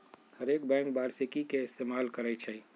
हरेक बैंक वारषिकी के इस्तेमाल करई छई